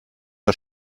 der